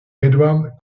edward